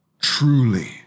Truly